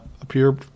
appear